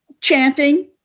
chanting